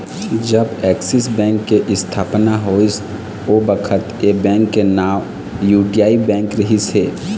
जब Axis bank के इस्थापना होइस ओ बखत ऐ बेंक के नांव यूटीआई बेंक रिहिस हे